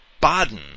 Baden